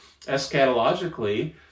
eschatologically